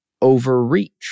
overreach